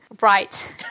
right